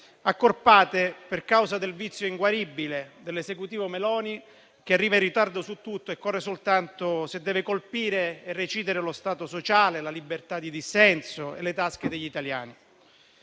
accorpate per causa del vizio inguaribile dell'Esecutivo Meloni, che arriva in ritardo su tutto e corre soltanto se deve colpire e recidere lo stato sociale, la libertà di dissenso e le tasche degli italiani.